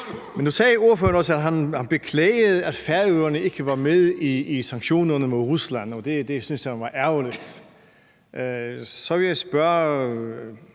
nu sagde ordføreren også, at han beklagede, at Færøerne ikke var med i sanktionerne mod Rusland, og det synes jeg var ærgerligt. Så vil jeg spørge